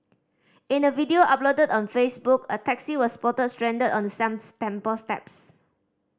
in a video uploaded on Facebook a taxi was spotted stranded on the some temple steps